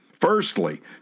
Firstly